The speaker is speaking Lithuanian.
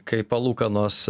kai palūkanos